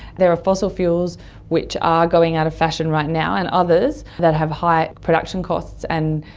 there are fossil fuels which are going out of fashion right now and others that have high production costs and,